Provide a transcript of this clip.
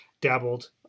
dabbled